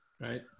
right